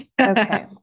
Okay